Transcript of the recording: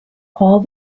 all